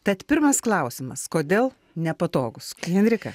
tad pirmas klausimas kodėl nepatogūs henrika